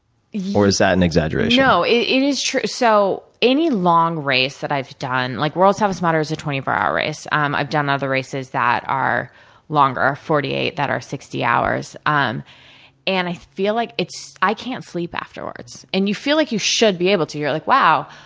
or is that an exaggeration? no, it it is true. so, any long race that i've done like world's toughest mudder is a twenty four hour race. um i've done other races that are longer forty eight that are sixty hours. um and, i feel like it's i can't sleep afterwards. and, you feel like you should be able to. you're like, wow.